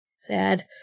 sad